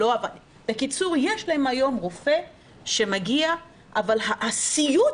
--- בקיצור יש להם היום רופא שמגיע אבל הסיוט